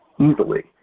easily